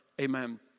Amen